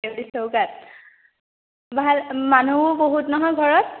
আজি চৌকাত ভাল মানুহো বহুত নহয় ঘৰত